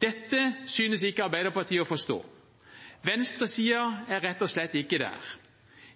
Dette synes ikke Arbeiderpartiet å forstå. Venstresiden er rett og slett ikke der.